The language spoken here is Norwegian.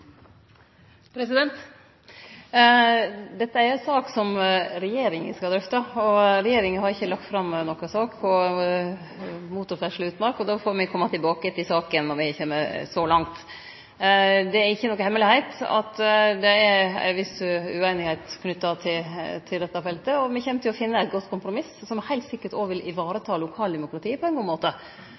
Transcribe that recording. Dette er ei sak som regjeringa skal drøfte. Regjeringa har ikkje lagt fram noka sak om motorferdsel i utmark, og me får kome tilbake til saka når me kjem så langt. Det er ikkje noka hemmelegheit at det er ei viss ueinigheit knytt til dette feltet, og me kjem til å finne eit godt kompromiss, som heilt sikkert òg vil vareta lokaldemokratiet på ein god måte.